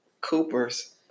Cooper's